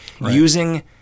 using